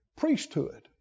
priesthood